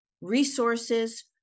resources